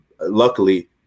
Luckily